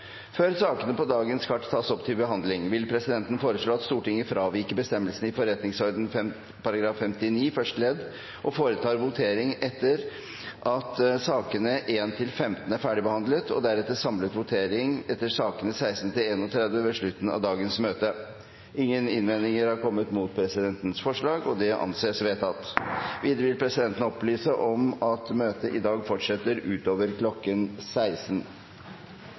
Før sakene på dagens kart tas opp til behandling, vil presidenten foreslå at Stortinget fraviker bestemmelsen i forretningsordenen § 59 første ledd og foretar votering etter at sakene nr. 1–15 er ferdig debattert, og deretter samlet votering etter sakene nr. 16–31 ved slutten av dagens møte. – Ingen innvendinger er kommet mot presidentens forslag, og det anses vedtatt. Videre vil presidenten opplyse om at møtet i dag fortsetter utover kl. 16.